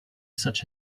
such